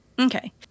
Okay